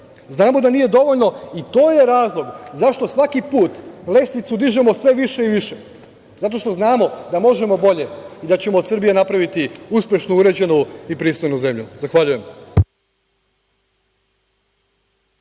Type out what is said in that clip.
Znamo da nije dovoljno i to je razlog zašto svaki put lestvicu dižemo sve više i više, zato što znamo da možemo bolje, da ćemo od Srbije napraviti uspešnu, uređenu i pristojnu zemlju. Zahvaljujem.